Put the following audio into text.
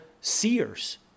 seers